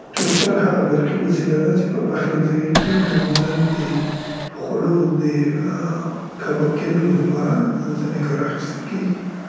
ټوسټر هغه برقي وسیله ده څې په پخلینځيو کې معمولاً د خوړو د، ا، کباب کیدلو دپاره ځينې کار اخیستل کیګي.